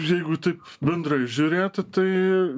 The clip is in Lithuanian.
jeigu taip bendrai žiūrėti tai